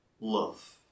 love